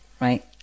right